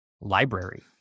library